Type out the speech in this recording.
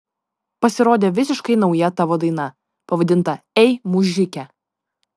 pasirodė visiškai nauja tavo daina pavadinta ei mužike